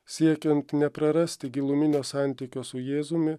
siekiant neprarasti giluminio santykio su jėzumi